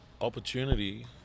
opportunity